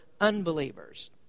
unbelievers